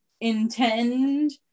intend